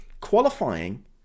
Qualifying